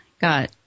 got